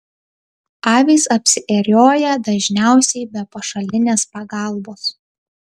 avys apsiėriuoja dažniausiai be pašalinės pagalbos